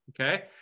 Okay